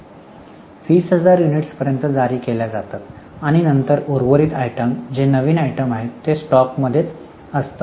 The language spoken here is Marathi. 20000 युनिट्स पर्यंत जारी केल्या जातात आणि नंतर उर्वरित आयटम जे नवीन आयटम असतात ते स्टॉकमध्येच असतात